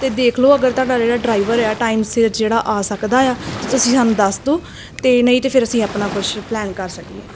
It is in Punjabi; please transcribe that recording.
ਅਤੇ ਦੇਖ ਲਓ ਅਗਰ ਤੁਹਾਡਾ ਜਿਹੜਾ ਡਰਾਈਵਰ ਆ ਟਾਈਮ ਸਿਰ ਜਿਹੜਾ ਆ ਸਕਦਾ ਆ ਤਾਂ ਤੁਸੀਂ ਸਾਨੂੰ ਦੱਸ ਦਿਓ ਅਤੇ ਨਹੀਂ ਤਾਂ ਫਿਰ ਅਸੀਂ ਆਪਣਾ ਕੁਛ ਪਲੈਨ ਕਰ ਸਕੀਏ